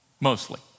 Mostly